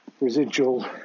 residual